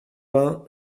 vingt